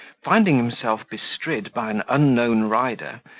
finding himself bestrid by an unknown rider,